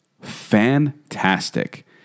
Fantastic